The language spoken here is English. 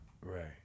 Right